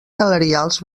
salarials